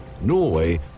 Norway